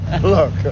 look